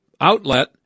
outlet